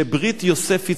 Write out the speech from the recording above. ש"ברית יוסף יצחק"